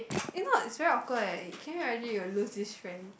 if not it's very awkward eh can you imagine you'll lose this friend